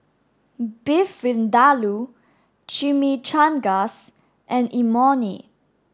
Beef Vindaloo Chimichangas and Imoni